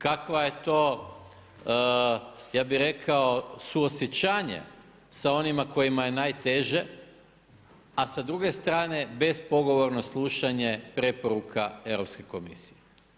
Kakva je to ja bih rekao suosjećanje sa onima kojima je najteže, a sa druge strane bespogovorno slušanje preporuka Europske komisije.